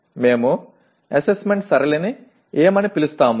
మేము అసెస్మెంట్ సరళిని ఏమని పిలుస్తాము